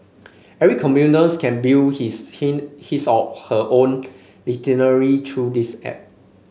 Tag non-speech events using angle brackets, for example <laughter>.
every commuter can build his <unintelligible> his or her own itinerary through this app